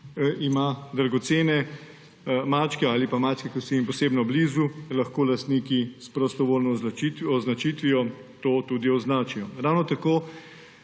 ima dragocene mačke ali pa mačke, ki so jim posebno blizu, lahko s prostovoljno označitvijo to tudi označijo. Ravno tako